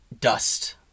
Dust